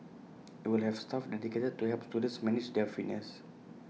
IT will have staff dedicated to help students manage their fitness